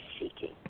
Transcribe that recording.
seeking